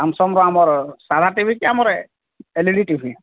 ସାମ୍ସଙ୍ଗର ଆମର ସାଧା T V କି ଆମର ଏଲ୍ ଇ ଡ଼ି ଟି ଭି